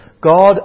God